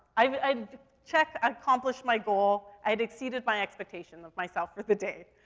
i mean i'd check, accomplish my goal, i'd exceeded my expectation of myself for the day.